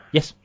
Yes